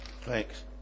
Thanks